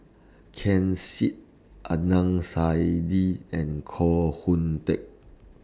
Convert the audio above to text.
Ken Seet Adnan Saidi and Koh Hoon Teck